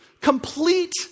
complete